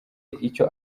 icyo